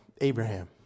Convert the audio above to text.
Abraham